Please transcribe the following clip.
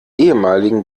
ehemaligen